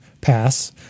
pass